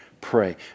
pray